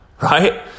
Right